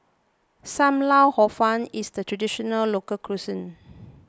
Sam Lau Hor Fun is a Traditional Local Cuisine